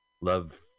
love